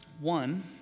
One